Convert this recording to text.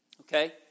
Okay